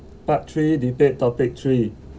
part three debate topic three